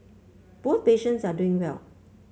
both patients are doing well